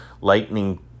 Lightning